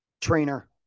trainer